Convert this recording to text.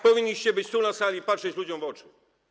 Powinniście być tu na sali i patrzeć ludziom w oczy.